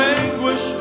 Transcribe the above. anguish